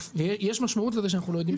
יש משמעות לזה שאנחנו לא יודעים,